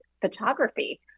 Photography